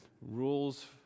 Rules